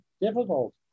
difficult